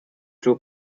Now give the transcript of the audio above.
true